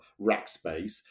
Rackspace